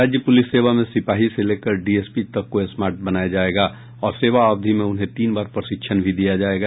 राज्य पुलिस सेवा में सिपाही से लेकर डीएसपी तक को स्मार्ट बनाया जायेगा और सेवा अवधि में उन्हें तीन बार प्रशिक्षण भी दिया जायेगा